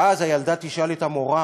ואז הילדה תשאל את המורה,